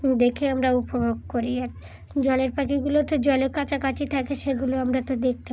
দেখে আমরা উপভোগ করি আর জলের পাখিগুলো তো জলে কাছাকাছি থাকে সেগুলো আমরা তো দেখতে